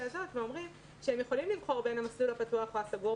הזאת ואומרים שהם יכולים לבחור בין המסלול הפתוח או הסגור,